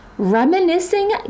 reminiscing